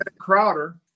Crowder